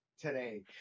today